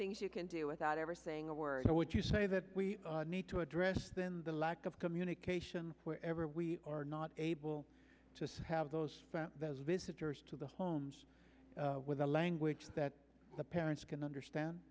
things you can do without ever saying a word or what you say that we need to address the lack of communication wherever we are not able to have those visitors to the homes with a language that the parents can understand